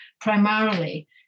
primarily